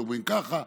היו אומרים ככה,